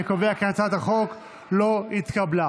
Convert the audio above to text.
אני קובע כי הצעת החוק לא התקבלה.